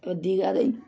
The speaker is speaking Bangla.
তো দীঘাতেই